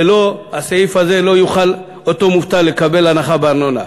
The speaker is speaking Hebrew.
ללא הסעיף הזה לא יוכל אותו מובטל לקבל הנחה בארנונה.